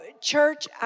church